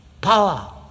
power